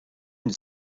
une